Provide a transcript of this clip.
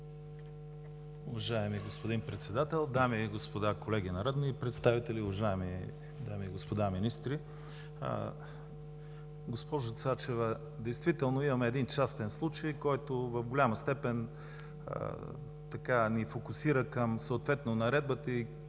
Уважаеми господин Председател, дами и господа, колеги народни представители, уважаеми дами и господа министри! Госпожо Цачева, действително имаме един частен случай, който в голяма степен ни фокусира съответно към Наредбата и